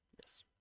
Yes